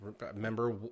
remember